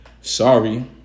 Sorry